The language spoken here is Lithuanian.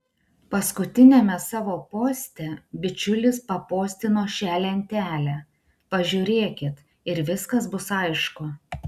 paskutiniame savo poste bičiulis papostino šią lentelę pažiūrėkit ir viskas bus aišku